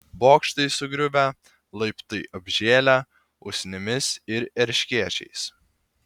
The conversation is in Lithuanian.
bokštai sugriuvę laiptai apžėlę usnimis ir erškėčiais